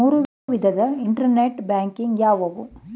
ಮೂರು ವಿಧದ internet banking ಯಾವುವು?